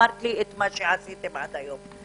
אמרת לי מה עשיתם עד היום.